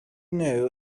know